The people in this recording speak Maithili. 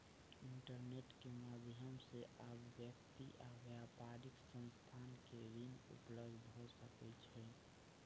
इंटरनेट के माध्यम से आब व्यक्ति आ व्यापारिक संस्थान के ऋण उपलब्ध भ सकै छै